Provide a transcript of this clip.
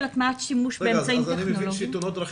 אני מבין שבתאונות דרכים,